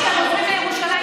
הייתי שם בשבוע שעבר,